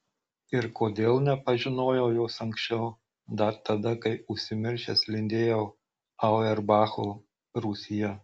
ir kodėl nepažinojau jos anksčiau dar tada kai užsimiršęs lindėjau auerbacho rūsyje